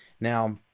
now